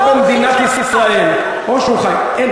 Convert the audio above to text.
או שהוא חי, אתה